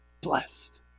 Blessed